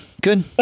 good